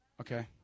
Okay